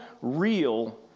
real